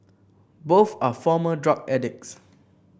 both are former drug addicts